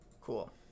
Cool